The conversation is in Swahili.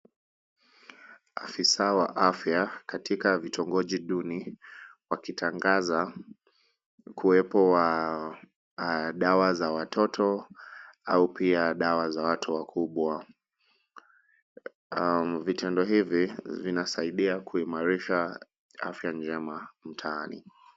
Afisa wa afya katika vitongoji duni wakitangaza kuwepo wa dawa za watoto au pia dawa za watu wakubwa. Vitendo hivi vinasaidia kuimarisha afya njema mtaani.